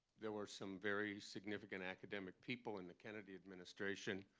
there were some very significant academic people in the kennedy administration,